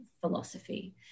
philosophy